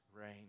rain